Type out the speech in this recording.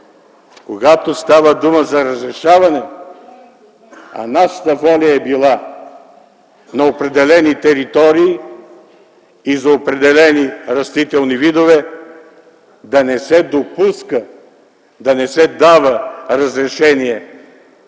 когато става дума за разрешаването, а нашата воля е била на определени територии и за определени растителни видове да не се дава разрешение